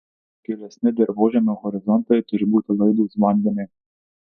gilesni dirvožemio horizontai turi būti laidūs vandeniui